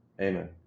Amen